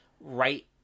right